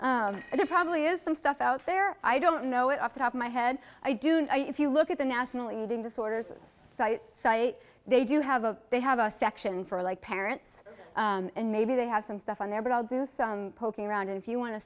there probably is some stuff out there i don't know it off the top of my head i do know if you look at the national eating disorders site site they do have a they have a section for like parents and maybe they have some stuff on there but i'll do some poking around if you want to